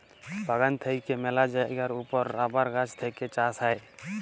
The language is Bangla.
বাগান থেক্যে মেলা জায়গার ওপর রাবার গাছ থেক্যে চাষ হ্যয়